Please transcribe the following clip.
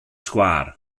sgwâr